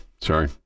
Sorry